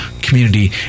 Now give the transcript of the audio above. community